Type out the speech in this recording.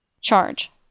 Charge